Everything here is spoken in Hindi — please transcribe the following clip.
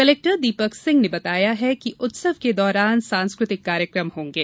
कलेक्टर दीपक सिंह ने बताया कि उत्सव के दौरान सांस्कृतिक कार्यक्रम होंगे